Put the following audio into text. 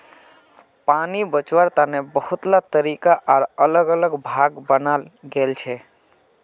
पानी बचवार तने बहुतला तरीका आर अलग अलग भाग बनाल गेल छे